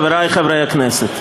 חברי חברי הכנסת,